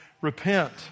repent